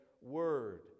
word